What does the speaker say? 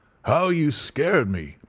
how you scared me!